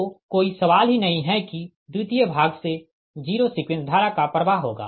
तो कोई सवाल ही नहीं है कि द्वितीय भाग से जीरो सीक्वेंस धारा का प्रवाह होगा